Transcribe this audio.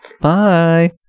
Bye